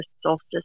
solstice